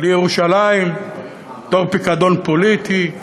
לירושלים בתור פיקדון פוליטי.